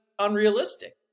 Unrealistic